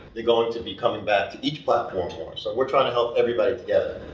they're going to be coming back to each platform more, so we're trying to help everybody together.